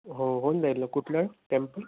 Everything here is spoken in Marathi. हो होऊन जाईल ना कुठलं टेम्पल